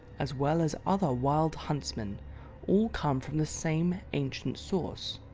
as well as other wild huntsmen all come from the same ancient source,